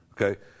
Okay